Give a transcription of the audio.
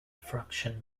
fraction